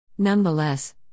Nonetheless